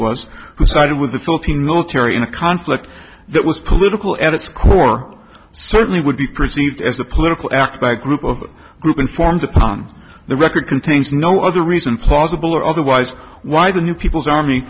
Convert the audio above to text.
who sided with the philippine military in a conflict that was political edit score certainly would be perceived as a political act by a group of group inform the pun the record contains no other reason plausible or otherwise why the new people's army